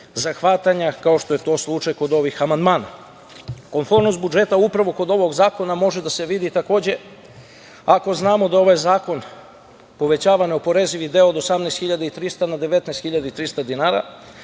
zahvatanja, kao što je to slučaj kod ovih amandmana. Komfornost budžeta upravo kog ovog zakona može da se vidi, takođe, ako znamo da ovaj zakon povećava neoporezivi deo od 18.300 na 19.300 dinara,